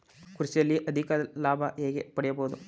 ಕೃಷಿಯಲ್ಲಿ ಅಧಿಕ ಲಾಭ ಹೇಗೆ ಪಡೆಯಬಹುದು?